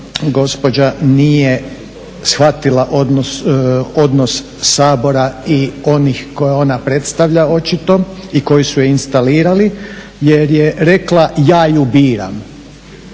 gospođa nije shvatila odnos Sabora i onih koje ona predstavlja očito i koji su je instalirali jer je rekla, ja ju biram.